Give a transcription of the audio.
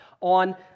on